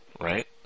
Right